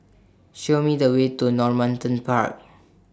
Show Me The Way to Normanton Park